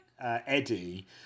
Eddie